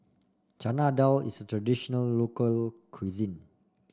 Chana Dal is a traditional local cuisine